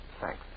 Thanks